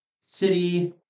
city